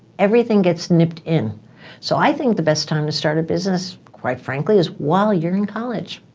everything gets nipped in so i think the best time to start a business, quite frankly, is while you're in college.